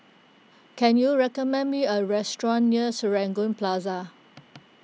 can you recommend me a restaurant near Serangoon Plaza